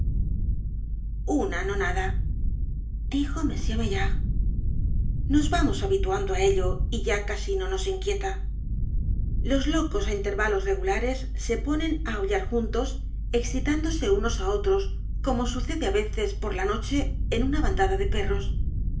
una nonada dijo m maillard nos vamos habituando á ello y ya casi no nos inquieta los locos á intervalos regulares se ponen á aullar juntos excitanedgar poe novelas y cuentos dose unos á otros como sucede á veces por la noche en una bandada de perros